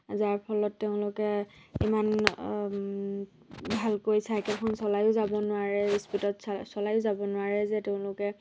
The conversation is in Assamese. যাৰ ফলত তেওঁলোকে ইমান ভালকৈ চাইকেলখন চলায়ো যাব নোৱাৰে স্পীডত চলায়ো যাব নোৱাৰে যে তেওঁলোকে